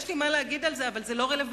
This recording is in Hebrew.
יש לי מה להגיד על זה, אבל זה לא רלוונטי.